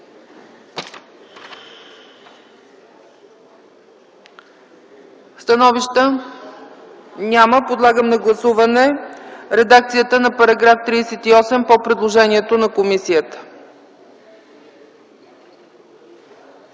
Становища няма. Подлагам на гласуване редакцията на § 48, съгласно предложението на комисията.